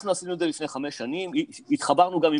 אנחנו עשינו את זה לפני חמש שנים והתחברנו גם עם